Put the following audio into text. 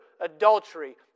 adultery